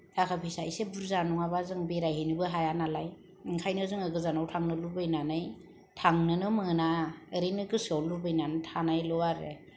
थाखा फैसा इसे बुरजा नङाबा जों बेरायहैनोबो हाया नालाय ओंखायनो जोङो गोजानाव थांनो लुबैनानै थांनोनो मोना ओरैनो गोसोआव लुबैनानै थानायल' आरो